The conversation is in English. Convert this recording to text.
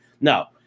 no